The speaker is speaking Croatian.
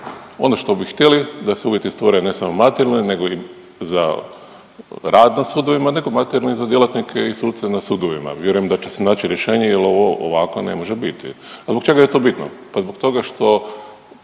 Ono što bi htjeli da se uvjeti stvore, ne samo materijalni nego i za rad na sudovima, nego materijalni, za djelatnike i suce na sudovima. Vjerujem da će se naći rješenje jer ovo, ovako, ne može biti. A zbog čega je to bitno? Pa zbog toga što